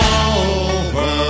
over